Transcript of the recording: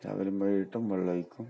രാവിലെയും വൈകീട്ടും വെള്ളം ഒഴിക്കും